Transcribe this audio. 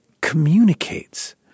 communicates